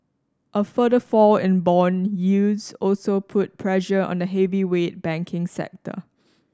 a further fall in bond yields also put pressure on the heavyweight banking sector